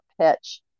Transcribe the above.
pitch